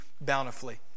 bountifully